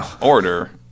Order